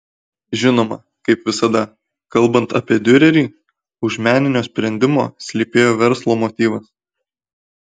žinoma kaip visada kalbant apie diurerį už meninio sprendimo slypėjo verslo motyvas